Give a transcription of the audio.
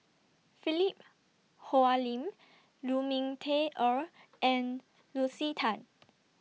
Philip Hoalim Lu Ming Teh Earl and Lucy Tan